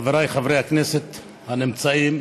חבריי חברי הכנסת הנמצאים,